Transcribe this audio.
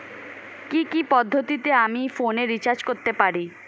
কি কি পদ্ধতিতে আমি ফোনে রিচার্জ করতে পারি?